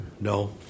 No